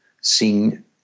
seeing